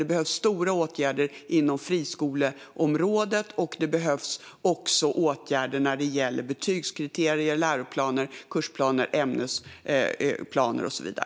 Det behövs stora åtgärder inom friskoleområdet, och det behövs också åtgärder när det gäller betygskriterier, läroplaner, kursplaner och ämnesplaner.